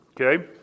Okay